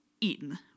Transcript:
eaten